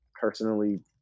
personally